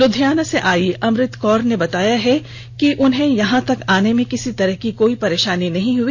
लुधियाना से आई अमृत कौर ने बताया कि उन्हें यहां तक ैआने में किसी तरह की कोई परेशानी नहीं हुई